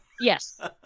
Yes